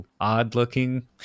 odd-looking